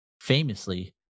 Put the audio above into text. famously